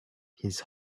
his